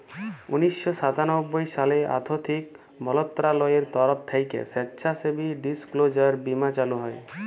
উনিশ শ সাতানব্বই সালে আথ্থিক মলত্রলালয়ের তরফ থ্যাইকে স্বেচ্ছাসেবী ডিসক্লোজার বীমা চালু হয়